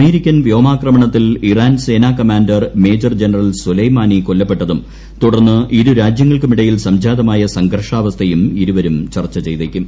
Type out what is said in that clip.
American വ്യോമാക്രമണത്തിൽ Iran സേനാ commander major general Soleimani കൊല്ലപ്പെട്ടതും തുടർന്ന് ഇരുരാജ്യങ്ങൾക്കുമിടയിൽ സംജാതമായ സംഘർഷാവസ്ഥയും ഇരുവരും ചർച്ച ചെയ്തേക്കും